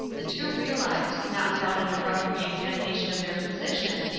the two realized, not without an abrupt re-examination of their position,